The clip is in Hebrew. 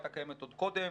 הייתה קיימת עוד קודם,